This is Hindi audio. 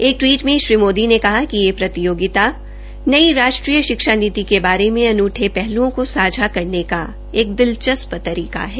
एक टवीट में श्री मोदी ने कहा कि यह प्रतियोगिता नई राष्ट्रीय शिक्षा नीति के बारे में अनूठे पहल्ओं को सांझा करने का एक दिलचस्प तरीका है